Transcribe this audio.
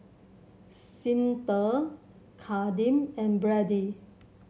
Cyntha Kadeem and Brady